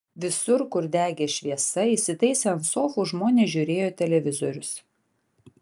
visur kur degė šviesa įsitaisę ant sofų žmonės žiūrėjo televizorius